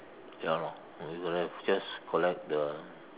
ya lor we gotta have to just collect the